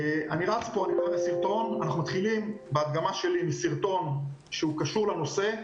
אנחנו מתחילים בהדגמה שלי עם סרטון שקשור לנושא,